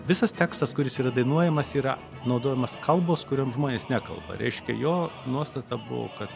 visas tekstas kuris yra dainuojamas yra naudojamos kalbos kuriom žmonės nekalba reiškia jo nuostata buvo kad